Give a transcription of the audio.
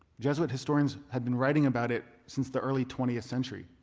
jesuit historians had been writing about it since the early twentieth century.